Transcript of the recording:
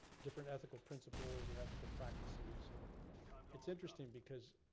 different ethical principals and ethical practices. and it's interesting because,